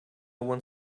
one